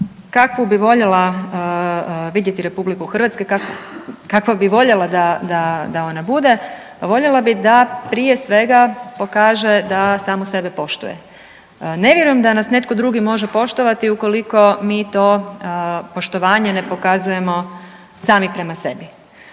kakvu bi voljela vidjeti Republiku Hrvatsku, kakva bi voljela da ona bude, voljela bi da prije svega pokaže da samu sebe poštuje. Ne vjerujem da nas netko drugi može poštovati ukoliko mi to poštovanje ne pokazujemo sami prema sebi,